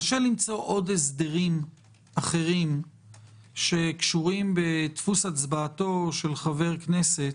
קשה למצוא עוד הסדרים אחרים שקשורים בדפוס הצבעתו של חבר כנסת,